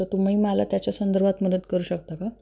तर तुम्ही मला त्याच्या संदर्भात मदत करू शकता का